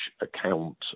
account